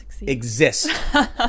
exist